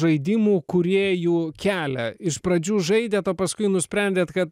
žaidimų kūrėjų kelią iš pradžių žaidėt o paskui nusprendėt kad